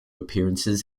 appearances